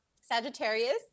Sagittarius